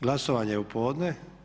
Glasovanje je u podne.